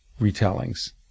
retellings